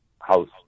House